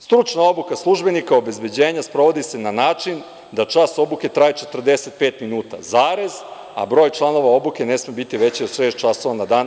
Stručna obuka službenika obezbeđenja sprovodi se na način da čas obuke traje 45 minuta, a broj časova obuke ne sme biti veći od šest časova na dan.